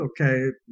okay